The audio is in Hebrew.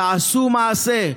תעשו מעשה.